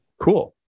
Cool